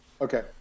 Okay